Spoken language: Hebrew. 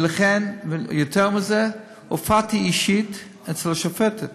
ולכן, יותר מזה, הופעתי אישית אצל השופטת